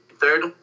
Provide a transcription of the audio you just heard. third